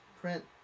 print